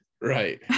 Right